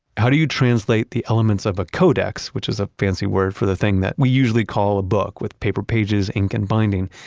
how do you translate the elements of a codex, which is a fancy word for the thing that we usually call a book, with paper pages, ink and binding.